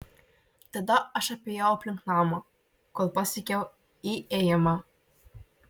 tada aš apėjau aplink namą kol pasiekiau įėjimą